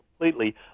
completely